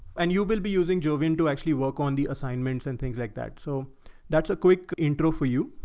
and you will be using jovan to actually work on the assignments and things like that. so that's a quick, intro for you.